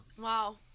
Wow